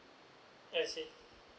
I see